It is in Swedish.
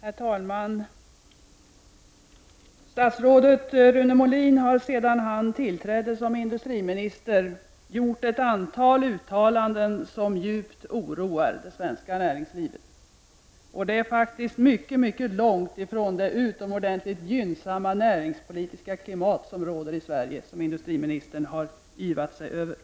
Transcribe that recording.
Herr talman! Statsrådet Rune Molin har sedan han tillträdde som industriminister gjort ett antal uttalanden som djupt oroar det svenska näringslivet. Det näringspolitiska klimat som råder i Sverige är faktiskt mycket långt ifrån det utomordentligt gynnsamma näringspolitiska klimat som industriministern yvs över.